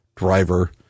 driver